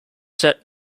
set